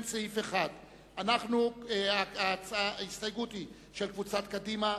סעיף 1. ההסתייגות היא של קבוצת קדימה,